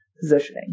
positioning